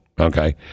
Okay